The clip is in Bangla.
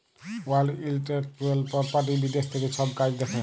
ওয়াল্ড ইলটেল্যাকচুয়াল পরপার্টি বিদ্যাশ থ্যাকে ছব কাজ দ্যাখে